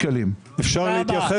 הלאה.